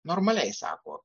normaliai sako